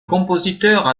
compositeurs